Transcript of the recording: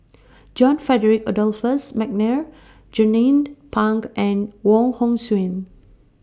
John Frederick Adolphus Mcnair Jernnine Pang and Wong Hong Suen